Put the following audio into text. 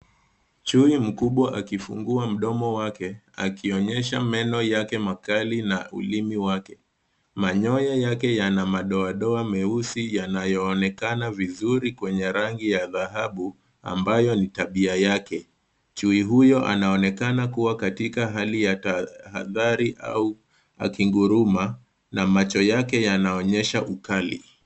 Chui mkubwa akifungua mdomo wake, akionyesha meno yake makali na ulimi wake. Manyoya yake yana madowadowa meusi yanayoonekana vizuri kwenye rangi ya dhahabu ambayo ni tabia yake. Chui huyo anaonekana kuwa katika hali ya tahadhari au akinguruma na macho yake yanaonyesha ukali.